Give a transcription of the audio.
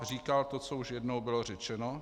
Říkal to, co už jednou bylo řečeno.